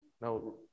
Now